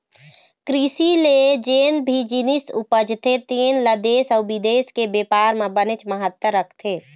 कृषि ले जेन भी जिनिस उपजथे तेन ल देश अउ बिदेश के बेपार म बनेच महत्ता रखथे